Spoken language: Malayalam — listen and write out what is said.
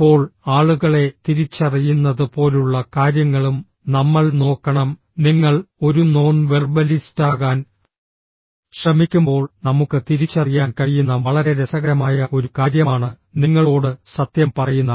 ഇപ്പോൾ ആളുകളെ തിരിച്ചറിയുന്നത് പോലുള്ള കാര്യങ്ങളും നമ്മൾ നോക്കണം നിങ്ങൾ ഒരു നോൺ വെർബലിസ്റ്റാകാൻ ശ്രമിക്കുമ്പോൾ നമുക്ക് തിരിച്ചറിയാൻ കഴിയുന്ന വളരെ രസകരമായ ഒരു കാര്യമാണ് നിങ്ങളോട് സത്യം പറയുന്ന